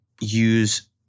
use